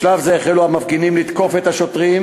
בשלב זה החלו המפגינים לתקוף את השוטרים